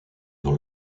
dans